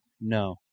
No